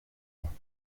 ans